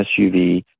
SUV